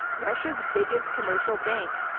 russia's biggest commercial bank.